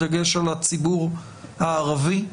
בדגש על הציבור הערבי.